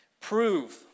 prove